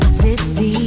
tipsy